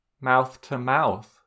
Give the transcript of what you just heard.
mouth-to-mouth